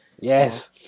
Yes